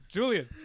Julian